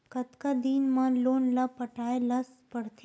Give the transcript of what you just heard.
कतका दिन मा लोन ला पटाय ला पढ़ते?